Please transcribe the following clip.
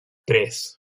tres